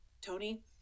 Tony